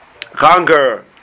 conquer